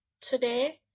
Today